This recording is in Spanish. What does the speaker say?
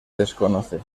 desconoce